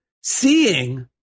seeing